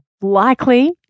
likely